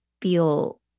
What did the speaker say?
feel